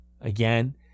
again